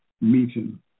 meeting